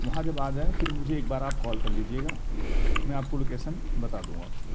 وہاں جب آگئے پھر مجھے ایک بار آپ کال کر لیجیے گا میں آپ کو لوکیشن بتا دوں گا